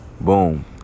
boom